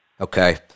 Okay